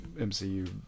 MCU